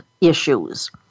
issues